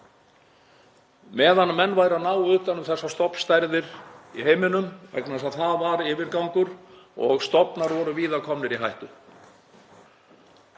meðan menn væru að ná utan um þessa stofnstærðir í heiminum vegna þess að það var yfirgangur og stofnar voru víða komnir í hættu.